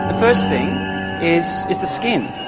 first thing is is the skin.